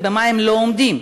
ובמה הם לא עומדים?